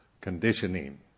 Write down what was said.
conditioning